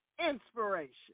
inspiration